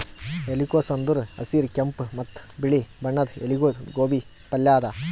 ಎಲಿಕೋಸ್ ಅಂದುರ್ ಹಸಿರ್, ಕೆಂಪ ಮತ್ತ ಬಿಳಿ ಬಣ್ಣದ ಎಲಿಗೊಳ್ದು ಗೋಬಿ ಪಲ್ಯ ಅದಾ